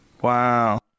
Wow